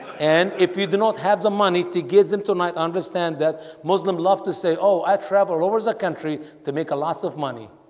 and if you do not have the money to get them tonight understand that muslim love to say oh i travel all over the country to make a lots of money.